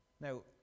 Now